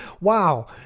Wow